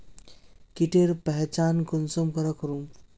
कीटेर पहचान कुंसम करे करूम?